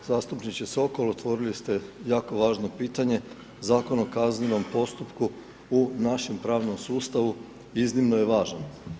Poštovani zastupniče Sokol, otvorili ste jako važno pitanje, Zakon o kaznenom postupku u našem pravnom sustavu iznimno je važan.